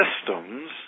systems